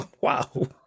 Wow